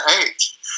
age